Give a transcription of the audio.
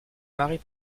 marais